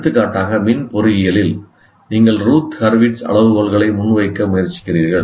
எடுத்துக்காட்டாக மின் பொறியியலில் நீங்கள் ரூத் ஹர்விட்ஸ் அளவுகோல்களை முன்வைக்க முயற்சிக்கிறீர்கள்